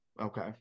okay